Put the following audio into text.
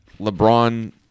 lebron